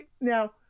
Now